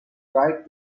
tried